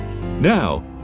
Now